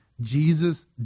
Jesus